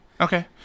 Okay